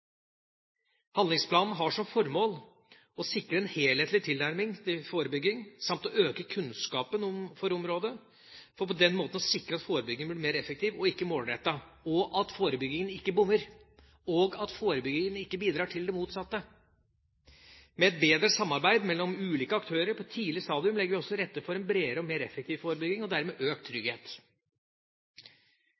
Handlingsplanen har som formål å sikre en helhetlig tilnærming til forebygging, samt å øke kunnskapen på området, for på den måten å sikre at forebyggingen blir mer effektiv og målrettet, og at forebyggingen ikke bommer eller bidrar til det motsatte. Med et bedre samarbeid mellom ulike aktører på et tidlig stadium legger vi også til rette for en bredere og mer effektiv forebygging og dermed økt